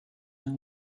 and